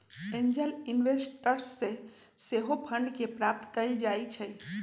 angel investors से सेहो fund के प्राप्त कएल जाइ छइ